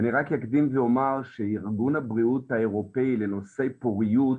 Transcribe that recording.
אני רק אקדים ואומר שארגון הבריאות האירופאי לנושאי פוריות